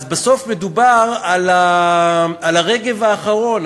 אז בסוף מדובר על הרגב האחרון,